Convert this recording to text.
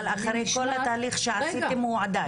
אחרי כל התהליך שעשיתם הוא עדיין --- רגע,